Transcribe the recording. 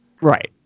right